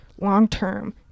long-term